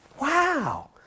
Wow